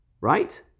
right